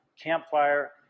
campfire